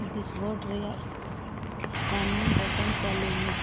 ᱰᱤᱥᱵᱳᱨᱰ ᱨᱮᱱᱟᱜ ᱥᱟᱱᱟᱢ ᱵᱳᱴᱳᱢ ᱪᱟᱹᱞᱩᱭᱢᱮ